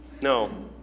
No